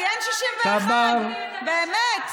כי אין 61. באמת,